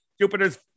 Jupiter's